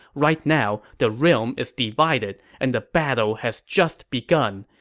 right now, the realm is divided and the battle has just begun.